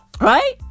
right